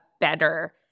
better